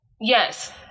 Yes